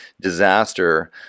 disaster